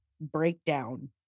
breakdown